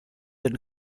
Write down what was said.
and